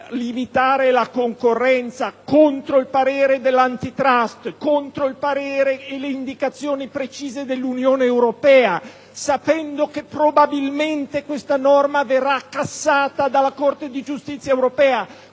limitare la concorrenza è contro il parere dell'Antitrust, contro il parere e l'indicazione precisa dell'Unione europea; sapeva che probabilmente questa norma verrebbe cassata dalla Corte di giustizia europea;